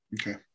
Okay